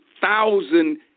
Thousand